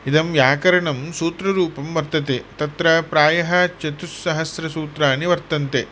इदं व्याकरणं सूत्ररूपं वर्तते तत्र प्रायः चतुस्सहस्रसूत्राणि वर्तन्ते